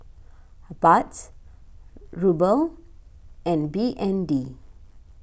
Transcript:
Baht Ruble and B N D